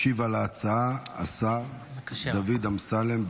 ישיב על ההצעה השר דוד אמסלם,